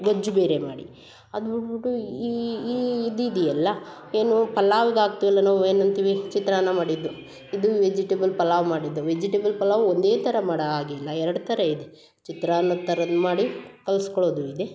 ಗೊಜ್ಜು ಬೇರೆ ಮಾಡಿ ಅದು ಬಿಟ್ಬುಟ್ಟು ಈ ಇದು ಇದೆಯಲ್ಲ ಏನು ಪಲಾವಿಗೆ ಹಾಕ್ತಿವಲ್ಲ ನಾವು ಏನಂತೀವಿ ಚಿತ್ರಾನ್ನ ಮಾಡಿದ್ದು ಇದು ವೆಜಿಟೇಬಲ್ ಪಲಾವ್ ಮಾಡಿದ್ದು ವೆಜಿಟೇಬಲ್ ಪಲಾವ್ ಒಂದೇ ಥರ ಮಾಡಿ ಆಗಿಲ್ಲ ಎರಡು ಥರ ಇದೆ ಚಿತ್ರಾನ್ನದ ಥರ ಮಾಡಿ ಕಲ್ಸ್ಕೊಳೋದು ಇದೆ